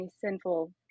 sinful